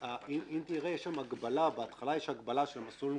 אם תראה, בהתחלה יש הגבלה של המסלול המקוצר,